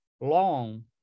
long